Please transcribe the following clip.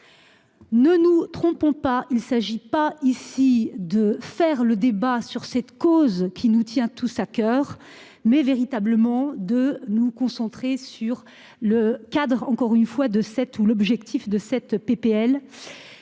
Ne nous trompons pas, il s'agit pas ici de faire le débat sur cette cause qui nous tient tous à coeur, mais véritablement de nous concentrer sur le cadre encore une fois de cette où l'objectif de cette PPL.